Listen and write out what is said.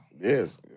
Yes